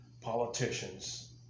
politicians